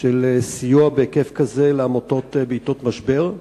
של סיוע בהיקף כזה לעמותות בעתות משבר,